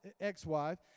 ex-wife